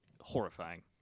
horrifying